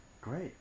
Great